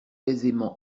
aisément